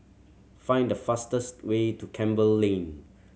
find the fastest way to Campbell Lane